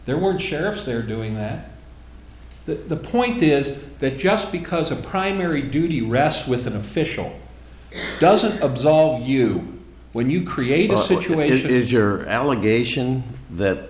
there were sheriffs there doing that the point is that just because a primary duty rests with an official doesn't absolve you when you create a situation is your allegation that